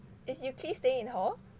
is yuki staying in hall